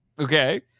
Okay